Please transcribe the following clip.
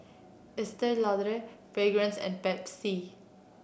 Estee Lauder Fragrance and Pepsi